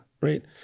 right